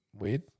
weird